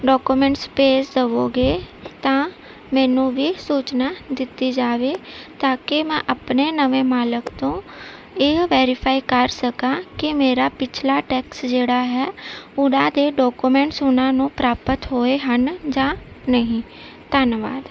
documents ਭੇਜ ਦਵੋ ਗੇ ਤਾਂ ਮੈਨੂੰ ਵੀ ਸੂਚਨਾ ਦਿੱਤੀ ਜਾਵੇ ਤਾਂ ਕਿ ਮੈਂ ਆਪਣੇ ਨਵੇਂ ਮਾਲਕ ਤੋਂ ਇਹ ਵੈਰੀਫਾਈ ਕਰ ਸਕਾ ਕਿ ਮੇਰਾ ਪਿਛਲਾ ਟੈਕਸ ਜਿਹੜਾ ਹੈ ਉਹਨਾਂ ਦੇ ਡੋਕੂਮੈਂਟਸ ਉਹਨਾਂ ਨੂੰ ਪ੍ਰਾਪਤ ਹੋਏ ਹਨ ਜਾਂ ਨਹੀਂ ਧੰਨਵਾਦ